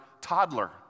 toddler